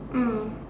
mm